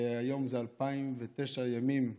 היום 2009 ימים מחטיפתו.